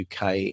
UK